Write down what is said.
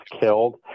killed